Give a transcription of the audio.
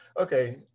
okay